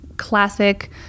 classic